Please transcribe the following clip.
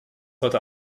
heute